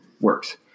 works